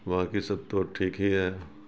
باقی سب تو ٹھیک ہی ہے